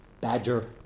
badger